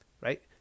Right